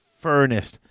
Furnace